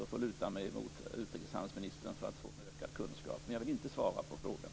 Jag får luta mig mot utrikeshandelsministern för att få en ökad kunskap. Men jag vill inte svara på frågan.